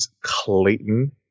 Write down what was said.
Clayton